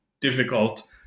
difficult